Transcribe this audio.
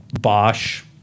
Bosch